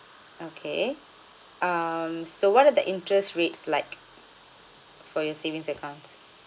okay um so what are the interest rates like for your savings account